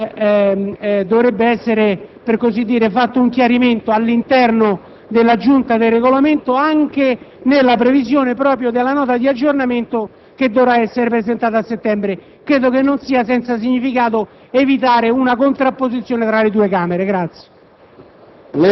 questi aspetti sia necessario un chiarimento all'interno della Giunta del Regolamento, anche in previsione proprio della Nota di aggiornamento che dovrà essere presentata a settembre. Ritengo che non sia senza significato evitare una contrapposizione tra le due Camere.